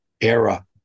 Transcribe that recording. era